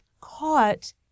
caught